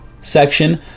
section